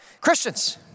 Christians